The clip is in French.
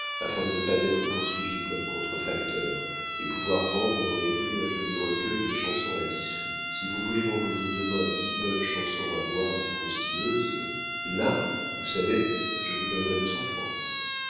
afin de ne pas être poursuivi comme contrefacteur et pouvoir vendre dans les rues un joli recueil de chansons à dix sous si vous voulez m'envoyer demain dix bonnes chansons à boire ou croustilleuses là vous savez je vous donnerai deux cents francs